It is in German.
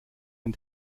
ein